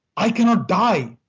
i cannot die,